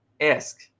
ask